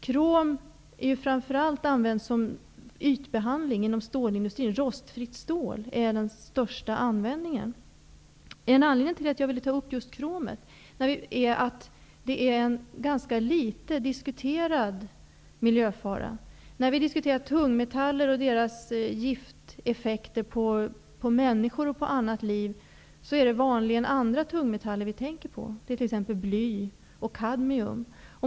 Krom har framför allt använts som ytbehandling inom stålindustrin; rostfritt stål är den största användningen. En anledning till att jag tagit upp just kromet är att det är en ganska litet diskuterad miljöfara. När vi diskuterar tungmetaller och deras gifteffekter på människor och på annat liv är det vanligen andra tungmetaller vi tänker på. Det är t.ex. bly och kadmium.